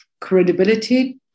credibility